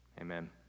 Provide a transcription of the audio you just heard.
Amen